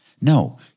No